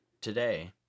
today